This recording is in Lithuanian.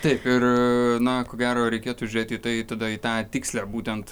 taip ir na ko gero reikėtų žiūrėti į tai tada į tą tikslią būtent